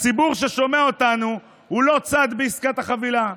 הציבור ששומע אותנו הוא לא צד בעסקת החבילה.